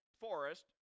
forest